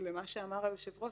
למה שאמר היושב-ראש,